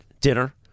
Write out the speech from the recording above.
dinner